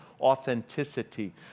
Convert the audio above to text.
authenticity